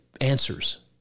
answers